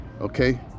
Okay